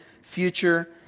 future